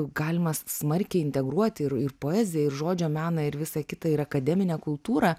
galima smarkiai integruoti ir ir poeziją ir žodžio meną ir visą kitą ir akademinę kultūrą